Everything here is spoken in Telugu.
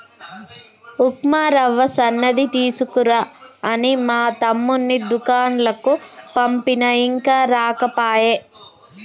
ఉప్మా రవ్వ సన్నది తీసుకురా అని మా తమ్ముణ్ణి దూకండ్లకు పంపిన ఇంకా రాకపాయె